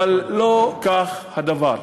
אבל לא כך הדבר.